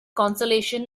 consolation